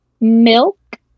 milk